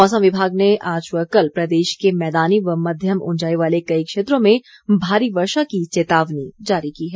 मौसम विभाग ने आज व कल प्रदेश के मैदानी व मध्यम ऊंचाई वाले कई क्षेत्रों में भारी वर्षा की चेतावनी जारी की है